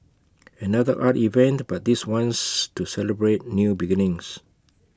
another art event but this one's to celebrate new beginnings